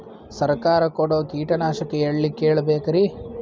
ಸರಕಾರ ಕೊಡೋ ಕೀಟನಾಶಕ ಎಳ್ಳಿ ಕೇಳ ಬೇಕರಿ?